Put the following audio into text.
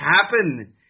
happen